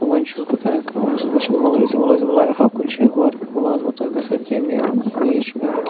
تہٕ وۄنۍ چھُس بہٕ کَران کٲم وۄنۍ چھُس بہٕ وٕچھان مُلٲزِم وُلٲزِم لَگہٕ ہَو کُنہِ شَے گورمٮ۪نٛٹ مُلٲزِمتا گٔژھ ہہ کینٛہہ مِلٕنۍ یی چھُ مےٚ وٕنۍ